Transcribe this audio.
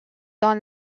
dans